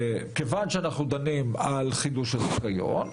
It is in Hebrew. כיוון שאנחנו דנים בחידוש הרישיון,